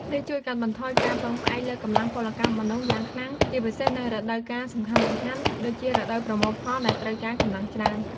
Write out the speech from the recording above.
នេះជួយកាត់បន្ថយការពឹងផ្អែកលើកម្លាំងពលកម្មមនុស្សយ៉ាងខ្លាំង ជាពិសេសនៅរដូវកាលសំខាន់ៗដូចជារដូវប្រមូលផលដែលត្រូវការកម្លាំងច្រើន។